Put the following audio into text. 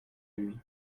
lui